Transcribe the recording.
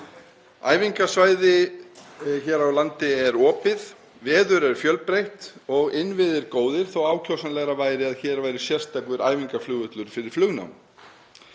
Æfingasvæði hér á landi er opið, veður fjölbreytt og innviðir góðir, þótt ákjósanlegra væri að hér væri sérstakur æfingaflugvöllur fyrir flugnám.